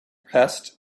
pressed